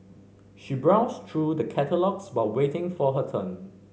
she browsed through the catalogues while waiting for her turn